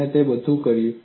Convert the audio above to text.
આપણે તે બધું કહ્યું